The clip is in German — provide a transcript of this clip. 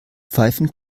pfeifen